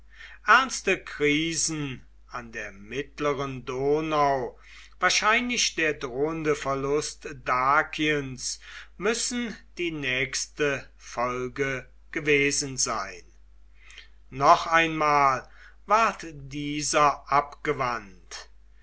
ernste krisen an der mittleren donau wahrscheinlich der drohende verlust dakiens müssen die nächste folge gewesen sein noch einmal ward dieser abgewandt